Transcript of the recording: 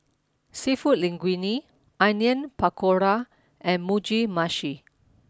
Seafood Linguine Onion Pakora and Mugi Meshi